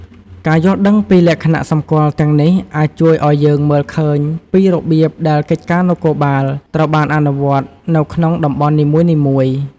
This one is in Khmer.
ការយល់ដឹងពីលក្ខណៈសម្គាល់ទាំងនេះអាចជួយឱ្យយើងមើលឃើញពីរបៀបដែលកិច្ចការនគរបាលត្រូវបានអនុវត្តនៅក្នុងតំបន់នីមួយៗ។